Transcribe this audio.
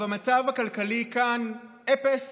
אבל המצב הכלכלי כאן, אעפס,